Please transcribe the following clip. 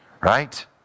right